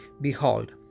Behold